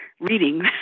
reading